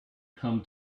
come